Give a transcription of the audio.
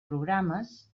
programes